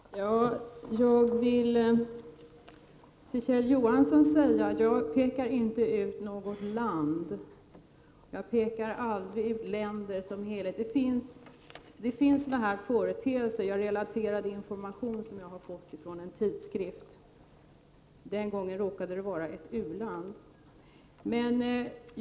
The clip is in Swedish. Herr talman! Jag vill till Kjell Johansson säga att jag inte pekar ut något enskilt land som helhet — det gör jag aldrig. Sådana här företeelser finns. Jag relaterade information som jag har fått från en tidskrift. Denna gång råkade det gälla ett u-land.